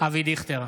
אבי דיכטר,